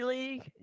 League